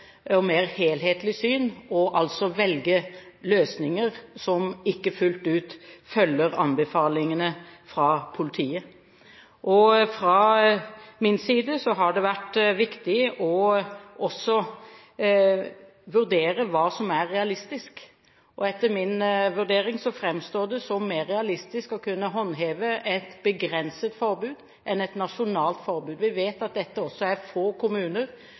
og mer helhetlig syn og velge løsninger som ikke fullt ut følger anbefalingene fra politiet. Fra min side har det vært viktig også å vurdere hva som er realistisk. Etter min vurdering framstår det som mer realistisk å kunne håndheve et begrenset forbud enn et nasjonalt forbud. Vi vet også at det er få kommuner